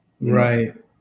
Right